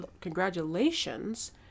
Congratulations